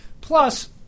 Plus